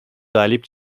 galip